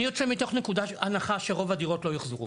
אני יוצא מתוך נקודת הנחה שרוב הדירות לא יוחזרו,